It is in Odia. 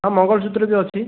ହଁ ମଙ୍ଗଳସୂତ୍ର ବି ଅଛି